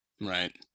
Right